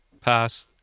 Pass